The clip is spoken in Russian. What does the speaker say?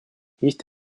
есть